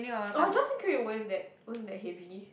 oh jobs and career wasn't that wasn't that heavy